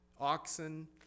Oxen